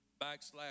backslash